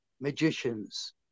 magicians